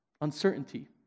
uncertainty